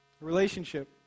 Relationship